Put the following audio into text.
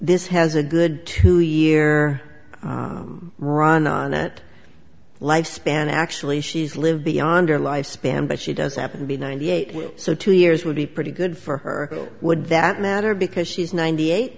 this has a good two year run on it lifespan actually she's lived beyond her lifespan but she does happen to be ninety eight which so two years would be pretty good for her would that matter because she's ninety